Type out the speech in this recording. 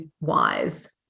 wise